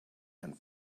and